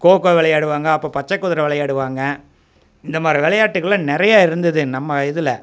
cocoa விளையாடுவாங்க அப்புறம் பச்சைக் குதிரை விளையாடுவாங்க இந்தமாதிரி விளையாட்டுகள்லாம் நிறையா இருந்தது நம்ம இதில்